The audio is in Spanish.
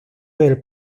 del